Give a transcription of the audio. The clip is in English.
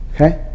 Okay